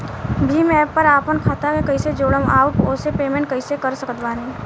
Bhim app पर आपन खाता के कईसे जोड़म आउर ओसे पेमेंट कईसे कर सकत बानी?